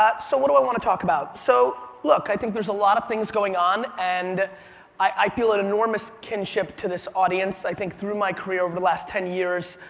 so what do i want to talk about? so look i think there's a lot of things going on and i feel an enormous kinship to this audience. i think through my career over the last ten years,